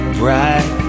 bright